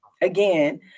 Again